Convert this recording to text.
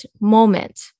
moment